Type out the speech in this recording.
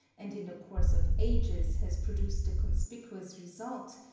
and in the course of ages has produced a conspicuous result,